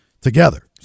together